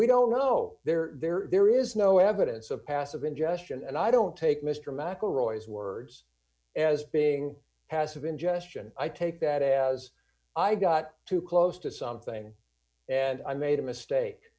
we don't know they're there there is no evidence of passive ingestion and i don't take mr mcelroy words as being passive ingestion i take that as i got too close to something and i made a mistake